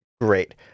great